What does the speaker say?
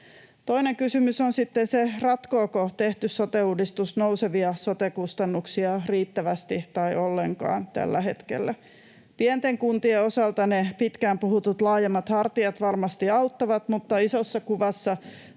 Toinen kysymys on sitten se, ratkooko tehty sote-uudistus nousevia sote-kustannuksia riittävästi tai ollenkaan tällä hetkellä. Pienten kuntien osalta ne pitkään puhutut laajemmat hartiat varmasti auttavat, mutta isossa kuvassa